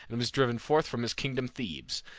and was driven forth from his kingdom thebes,